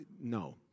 no